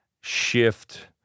shift